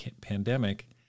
pandemic